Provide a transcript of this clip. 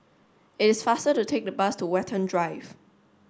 it's faster to take the bus to Watten Drive